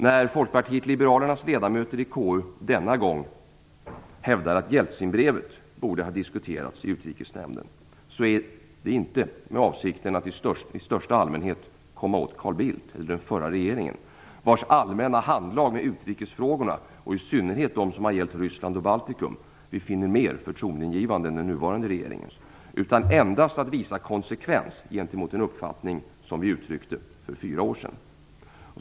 När Folkpartiet liberalernas ledamöter i KU denna gång hävdar att Jeltsinbrevet borde ha diskuterats i Utrikesnämnden är det inte i avsikten att i största allmänhet komma åt Carl Bildt eller den förra regeringen, vars allmänna handlag med utrikesfrågorna och i synnerhet dem som har gällt Ryssland och Baltikum vi finner mer förtroendeingivande än den nuvarande regeringens, utan endast att visa konsekvens i förhållande till den uppfattning som vi uttryckte för fyra år sedan.